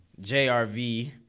JRV